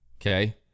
okay